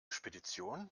spedition